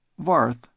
Varth